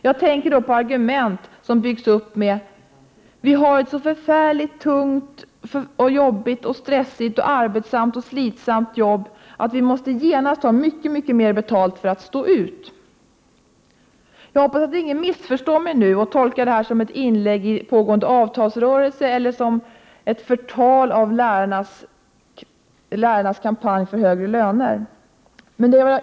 Jag tänker då på argument som byggs upp med ”vi har ett så förfärligt, tungt, stressigt, arbetsamt och slitsamt arbete att vi genast måste ha mycket mer betalt för att stå ut”. Jag hoppas att ingen missförstår mig nu och tolkar detta som ett inlägg i pågående avtalsrörelse eller som ett förtal av lärarnas kampanj för högre löner.